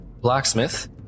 blacksmith